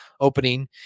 opening